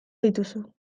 dituzu